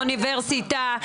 האוניברסיטה,